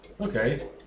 Okay